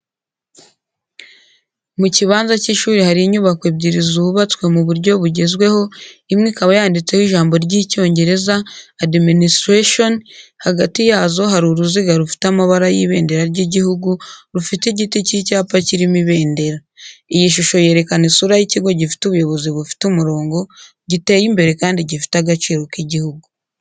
Mu kibanza cy’ishuri hari inyubako ebyiri zubatswe mu buryo bugezweho, imwe ikaba yanditseho ijambo ry'Icyongereza “ADMINISTRATION”. Hagati yazo hari uruziga rufite amabara y’ibendera ry’igihugu, rufite igiti cy’icyapa kirimo ibendera. Iyi shusho yerekana isura y’ikigo gifite ubuyobozi bufite umurongo, giteye imbere kandi gifite agaciro k’igihugu.